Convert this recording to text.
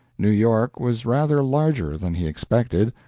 new york was rather larger than he expected.